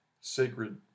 sacred